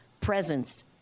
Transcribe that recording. presence